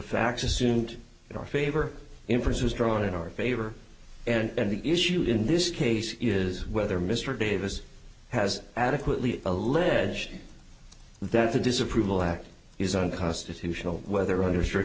facts assumed in our favor inferences drawn in our favor and the issue in this case is whether mr davis has adequately alleged that the disapproval act is unconstitutional whether under strict